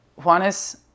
Juanes